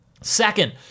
Second